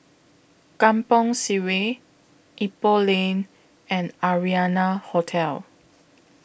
Kampong Sireh Ipoh Lane and Arianna Hotel